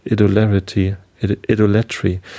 idolatry